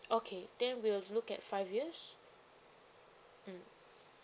okay then we'll look at five years mmhmm